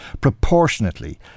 proportionately